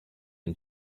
and